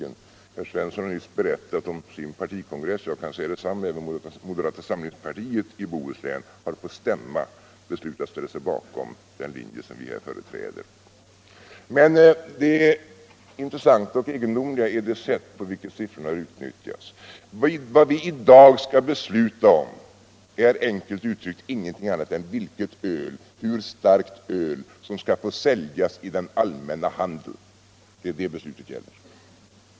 Herr Svensson i Kungälv har nyss berättat om sin partikongress. Jag kan säga detsamma — även moderata samlingspartiet i Bohus län har på stämma beslu” — tälla sig bakom den linje som vi företräder. Men det intressanta och egendomliga är det sätt på vilket siffrorna har utnyttjats. Vad vi i dag skall besluta om är, enkelt uttryckt, ingenting annat än hur starkt öl som skall få säljas i den allmänna handeln. Det är detta beslutet gäller.